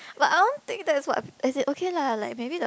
like I want think that's what as in okay lah like maybe the